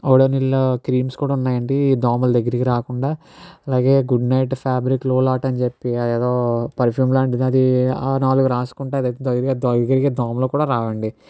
Odonil creams కూడా ఉన్నాయండి దోమల దగ్గిరకి రాకుండా అలాగే గుడ్ నైట్ ఫ్యాబ్రిక్ లోలాక్ అని చెప్పి అదేదో పర్ఫ్యూమ్ లాంటిది అది నాలుగు రాసుకుంటే అదేదో దోమలు కూడా రావండి